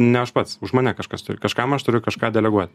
ne aš pats už mane kažkas kažkam aš turiu kažką deleguot